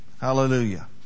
Hallelujah